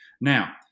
Now